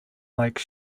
like